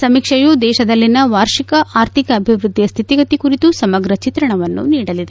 ಸಮೀಕ್ಷೆಯು ದೇಶದಲ್ಲಿನ ವಾರ್ಷಿಕ ಆರ್ಥಿಕ ಅಭಿವೃದ್ದಿ ಸ್ಥಿತಿಗತಿ ಕುರಿತು ಸಮಗ್ರ ಚಿತ್ರಣವನ್ನು ನೀಡಲಿದೆ